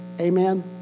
Amen